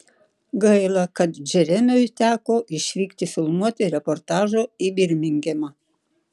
gaila kad džeremiui teko išvykti filmuoti reportažo į birmingemą